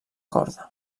corda